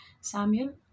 Samuel